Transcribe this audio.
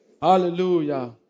Hallelujah